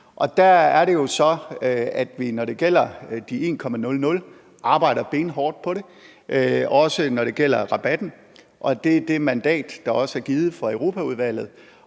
der er det jo så, at vi, når det gælder den 1,00 pct., arbejder benhårdt på det, også når det gælder rabatten, og det er det mandat, der også er givet af Europaudvalget.